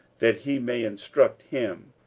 that he may instruct him?